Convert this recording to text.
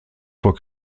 vor